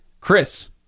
Chris